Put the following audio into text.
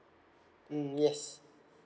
mm yes